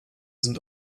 sind